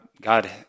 God